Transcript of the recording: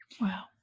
Wow